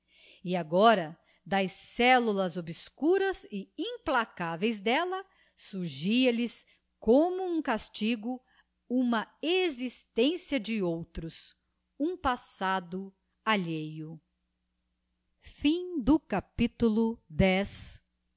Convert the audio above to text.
e agora das cellulas obscuras e implacáveis d'ella surgia lhes como um castigo uma existência de outros um passado alheio